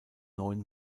neun